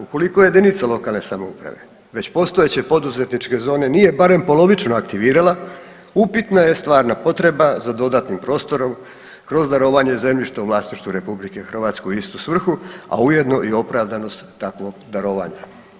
Ukoliko jedinice lokalne samouprave već postojeće poduzetničke zone nije barem polovično aktivirala, upitna je stvarna potreba za dodatnim prostorom kroz darovanje zemljišta u vlasništvu RH u istu svrhu, a ujedno i opravdanost takvog darovanja.